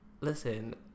Listen